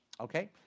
Okay